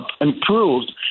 improved